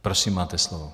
Prosím, máte slovo.